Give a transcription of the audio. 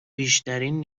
بیشترین